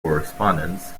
correspondence